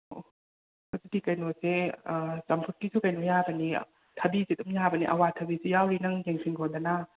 ꯑꯣ ꯑꯗꯨꯗꯤ ꯀꯩꯅꯣꯁꯦ ꯆꯝꯐꯨꯠꯀꯤꯁꯨ ꯀꯩꯅꯣ ꯌꯥꯕꯅꯦ ꯊꯕꯤꯁꯤ ꯑꯗꯨꯝ ꯌꯥꯕꯅꯦ ꯑꯋꯥꯊꯕꯤꯁꯨ ꯌꯥꯎꯔꯤ ꯅꯪ ꯌꯦꯡꯁꯤꯟꯈꯣꯗꯅ